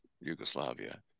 Yugoslavia